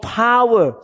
power